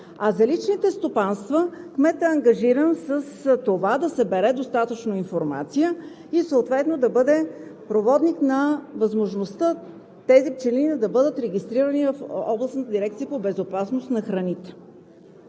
А за личните стопанства кметът е ангажиран с това да събере достатъчно информация и съответно да бъде проводник на възможността тези пчелини да бъдат регистрирани в Областната дирекция по безопасност на храните.